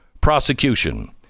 prosecution